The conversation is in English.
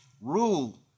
rule